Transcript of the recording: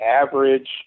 average